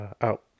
out